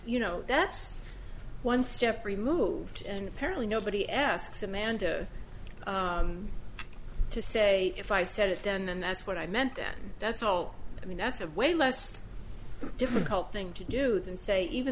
you know that's one step removed and apparently nobody asks amanda to say if i said it and that's what i meant then that's all i mean that's of way less difficult thing to do than say even